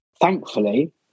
thankfully